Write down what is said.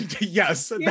Yes